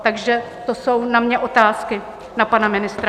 Takže to jsou moje otázky na pana ministra.